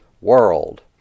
world